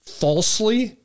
falsely